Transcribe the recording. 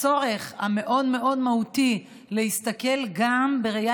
הצורך המאוד-מהותי להסתכל גם בראייה